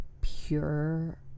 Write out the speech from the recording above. pure